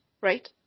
right